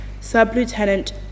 Sub-Lieutenant